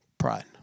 pride